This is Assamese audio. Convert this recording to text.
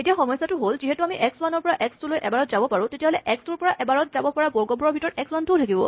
এতিয়া সমস্যাটো হ'ল যিহেতু আমি এক্স ৱান ৰ পৰা এক্স টু লৈ এবাৰত যাব পাৰো তেতিয়াহ'লে এক্স টু ৰ পৰা এবাৰত যাব পৰা বৰ্গবোৰৰ ভিতৰত এক্স ৱান ও থাকিব